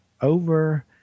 over